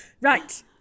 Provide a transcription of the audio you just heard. Right